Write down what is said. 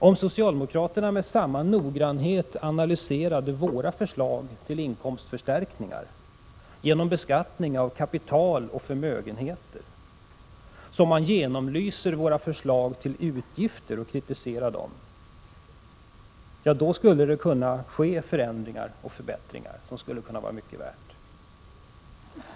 Om socialdemokraterna med samma noggrannhet analyserade våra förslag till inkomstförstärkningar genom beskattning av kapital och förmögenheter som de genomlyser våra förslag till utgifter och kritiserar dem, skulle det kunna ske förändringar och förbättringar som vore mycket värda.